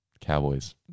Cowboys